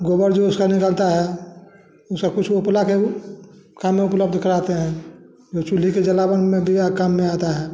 गोबर जो उसका निकलता है उसब कुछ उपला के खाना उपलब्ध करातें है चुली के जलावन में दिया काम में आता है